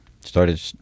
started